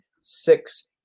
six